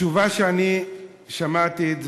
התשובה ששמעתי,